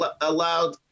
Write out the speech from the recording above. allowed